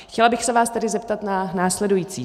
Chtěla bych se vás tedy zeptat na následující: